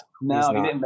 No